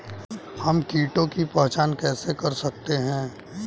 हम कीटों की पहचान कैसे कर सकते हैं?